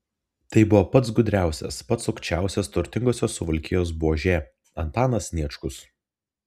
tai buvo pats gudriausias pats sukčiausias turtingosios suvalkijos buožė antanas sniečkus